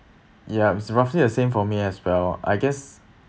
yup it's roughly the same for me as well I guess